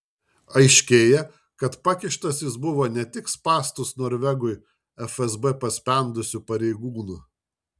aiškėja kad pakištas jis buvo ne tik spąstus norvegui fsb paspendusių pareigūnų